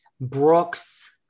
Brooks